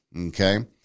Okay